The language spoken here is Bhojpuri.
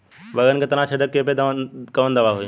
बैगन के तना छेदक कियेपे कवन दवाई होई?